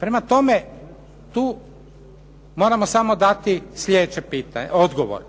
Prema tome, tu moramo samo dati sljedeći odgovor.